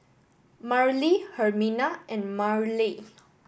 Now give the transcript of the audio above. Marely Hermina and Marely